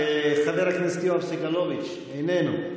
חבר הכנסת יואב סגלוביץ' איננו.